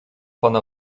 pana